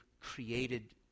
created